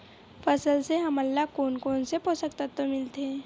फसल से हमन ला कोन कोन से पोषक तत्व मिलथे?